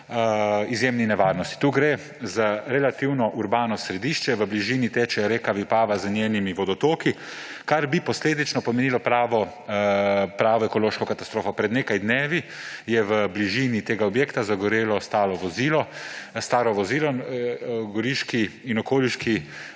izjemni nevarnosti. Tu gre za relativno urbano središče, v bližini teče reka Vipava z njenimi vodotoki, kar bi posledično pomenilo pravo ekološko katastrofo. Pred nekaj dnevi je v bližini tega objekta zagorelo staro vozilo. Goriški in okoliški